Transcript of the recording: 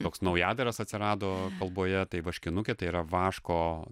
toks naujadaras atsirado kalboje tai vaškinukė tai yra vaško